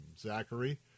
Zachary